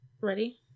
Ready